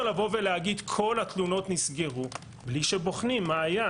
אי-אפשר לבוא ולהגיד - כל התלונות נסגרו בלי שבוחנים מה היה.